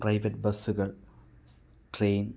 private ബസ്സുകൾ train